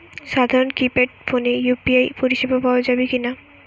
সাধারণ কিপেড ফোনে ইউ.পি.আই পরিসেবা পাওয়া যাবে কিনা?